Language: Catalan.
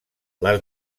les